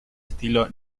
estilo